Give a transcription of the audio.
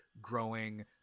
growing